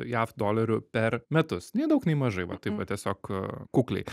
jav dolerių per metus nei daug nei mažai va taip va tiesiog kukliai